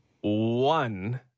one